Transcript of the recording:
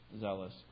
zealous